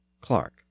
Clark